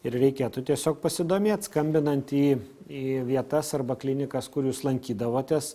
ir reikėtų tiesiog pasidomėt skambinant į į vietas arba klinikas kur jūs lankydavotės